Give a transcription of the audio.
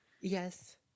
Yes